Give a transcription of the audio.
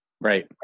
right